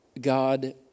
God